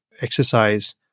exercise